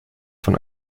von